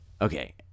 Okay